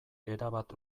erabat